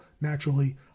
naturally